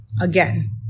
again